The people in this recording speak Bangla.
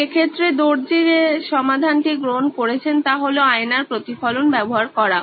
তাই এক্ষেত্রে দর্জি যে সমাধানটি গ্রহণ করেছেন তা হলো আয়নার প্রতিফলন ব্যবহার করা